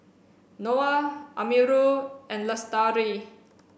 Noah Amirul and Lestari